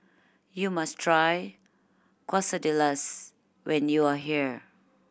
you must try Quesadillas when you are here